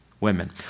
women